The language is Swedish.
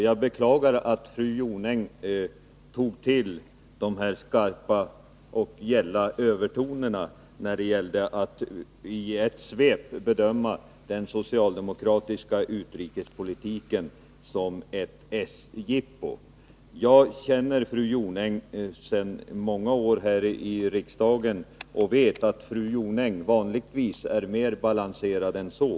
Jag beklagar att fru Jonäng tog till dessa skarpa och gälla övertoner, när hon i ett svep bedömde den socialdemokratiska utrikespolitiken som ett s-jippo. Jag känner fru Jonäng sedan många år här i riksdagen och vet att fru Jonäng vanligtvis är mer balanserad än så.